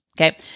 okay